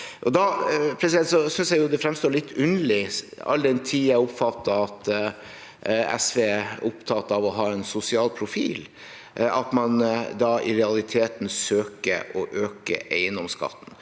Da synes jeg det fremstår litt underlig, all den tid jeg oppfatter at SV er opptatt av å ha en sosial profil, at man i realiteten søker å øke eiendomsskatten.